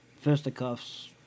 fisticuffs